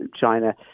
China